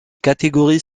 catégories